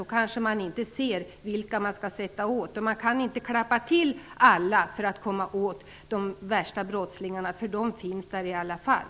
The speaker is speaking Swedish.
Då kanske man inte ser vilka man skall sätta åt. Man kan inte klappa till alla för att komma åt de värsta brottslingarna. De finns där i alla fall.